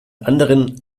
anderen